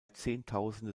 zehntausende